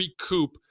recoup